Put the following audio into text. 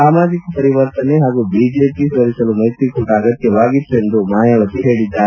ಸಮಾಜಿಕ ಪರಿವರ್ತನೆ ಹಾಗೂ ಬಿಜೆಪಿ ಸೋಲಿಸಲು ಮೈತ್ರಿ ಕೂಟ ಅಗತ್ಯವಾಗಿತ್ತು ಎಂದು ಮಾಯಾವತಿ ಹೇಳಿದ್ದಾರೆ